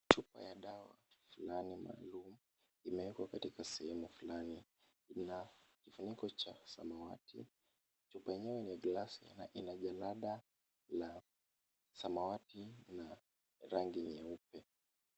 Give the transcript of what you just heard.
Chupa ya dawa fulani maalum imeekwa katika sehemu maalum. Ina kifuniko cha samawati. Chupa yenyewe ni glasi na ina jalada la samawati na rangi nyeupe.